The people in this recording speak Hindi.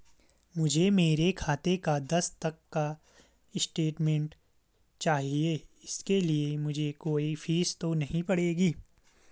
मुझे मेरे खाते का दस तक का स्टेटमेंट चाहिए इसके लिए मुझे कोई फीस तो नहीं पड़ेगी?